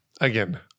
Again